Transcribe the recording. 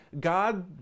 God